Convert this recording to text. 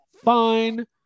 fine